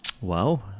Wow